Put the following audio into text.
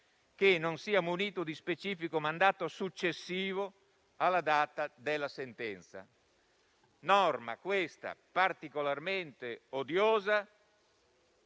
che non sia munito di specifico mandato successivo alla data della sentenza. Si tratta di una norma particolarmente odiosa